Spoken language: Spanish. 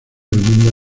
mundo